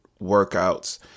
workouts